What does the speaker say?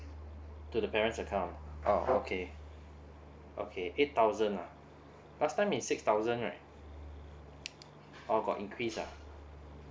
to the parents account oh okay okay eight thousand ah last time is six thousand right oh got increase ah